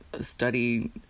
study